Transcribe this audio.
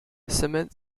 cement